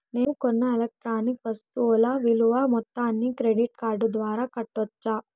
నేను కొన్న ఎలక్ట్రానిక్ వస్తువుల విలువ మొత్తాన్ని క్రెడిట్ కార్డు ద్వారా కట్టొచ్చా?